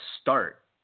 start